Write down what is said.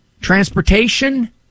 transportation